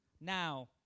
Now